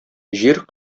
җир